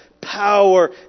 power